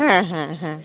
হ্যাঁ হ্যাঁ হ্যাঁ